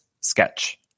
sketch